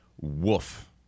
woof